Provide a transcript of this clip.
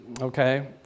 Okay